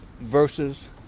versus